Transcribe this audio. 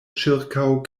ĉirkaŭ